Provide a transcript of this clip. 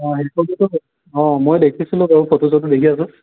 অ অ মই দেখিছিলোঁ বাৰু ফটো চটো দেখি আছোঁ